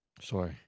Sorry